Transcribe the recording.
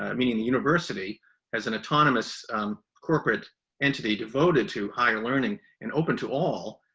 ah meaning the university has an autonomous corporate and to the devoted to higher learning and open to all,